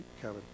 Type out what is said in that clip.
Kevin